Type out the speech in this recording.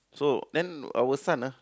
so then our son ah